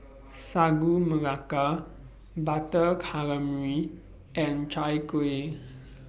Sagu Melaka Butter Calamari and Chai Kueh